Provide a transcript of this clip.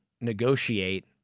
negotiate